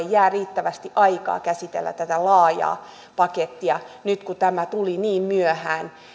jää riittävästi aikaa käsitellä tätä laajaa pakettia nyt kun tämä tuli niin myöhään